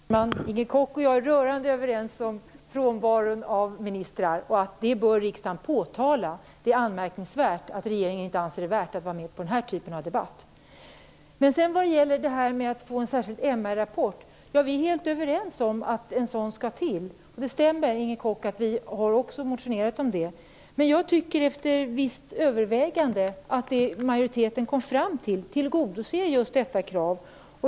Herr talman! Inger Koch och jag är rörande överens om frånvaron av ministrar. Det bör riksdagen påtala. Det är anmärkningsvärt att regeringen inte anser det värt att vara med i den här typen av debatt. Vi är helt överens om att en särskild MR-rapport behövs. Det stämmer, Inger Koch, att vi också har motionerat om det. Men jag tycker efter visst övervägande att det majoriteten kom fram till tillgodoser just detta krav.